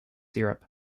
europe